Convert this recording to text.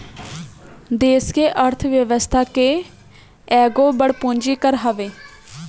देस के अर्थ व्यवस्था के एगो बड़ पूंजी कर हवे